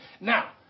Now